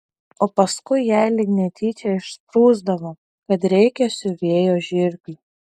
o paskui jai lyg netyčia išsprūsdavo kad reikia siuvėjo žirklių